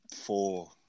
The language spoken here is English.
Four